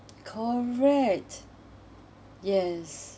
correct yes